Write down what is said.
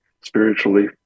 spiritually